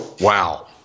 wow